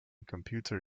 computer